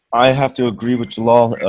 i have to agree with jalal.